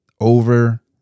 over